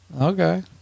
Okay